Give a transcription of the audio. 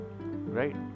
Right